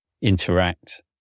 interact